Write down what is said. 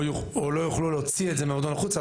או שהם לא יוכלו להוציא את זה מהמועדון החוצה,